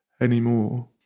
anymore